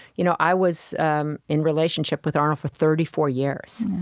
you know i was um in relationship with arnold for thirty four years